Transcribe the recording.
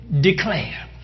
declare